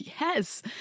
Yes